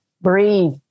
breathe